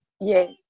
yes